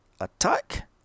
attack